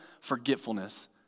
forgetfulness